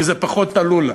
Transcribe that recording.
כי זה פחות תלול.